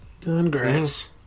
Congrats